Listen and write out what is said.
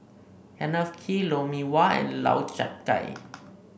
Kenneth Kee Lou Mee Wah and Lau Chiap Khai